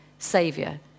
Saviour